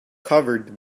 covered